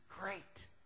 great